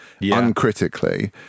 uncritically